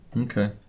Okay